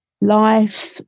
life